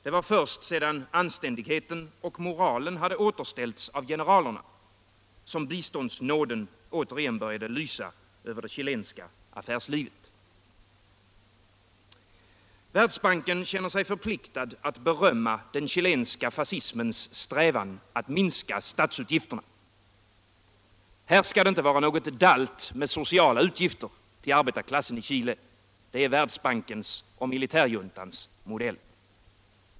Det var först sedan anständigheten och moralen hade återställts av generalerna som biståndsnåden återigen började lysa över det chilenska affärslivet. Världsbanken känner sig förpliktad att berömma den chilenska fascismens strävan att minska statsutgifterna. Här skall det inte vara något dalt med sociala utgifter till arbetarklassen i Chile — det är Världsbankens och militärjuntans modell.